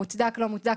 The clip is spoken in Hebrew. מוצדק או לא מוצדק,